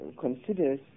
considers